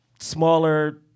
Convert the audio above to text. smaller